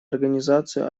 организацию